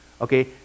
Okay